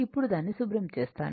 ఇప్పుడు దాన్ని శుభ్రం చేస్తాను